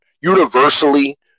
universally